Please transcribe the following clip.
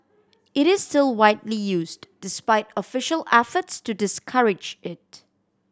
it is still widely used despite official efforts to discourage it